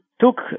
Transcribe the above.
took